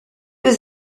was